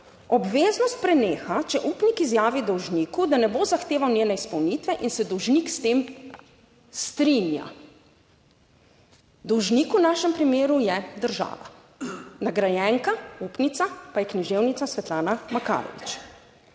"Obveznost preneha, če upnik izjavi dolžniku, da ne bo zahteval njene izpolnitve in se dolžnik s tem strinja." Dolžnik v našem primeru je država, nagrajenka, upnica, pa je književnica Svetlana Makarovič.